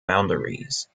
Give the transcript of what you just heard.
boundaries